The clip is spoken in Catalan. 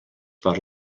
per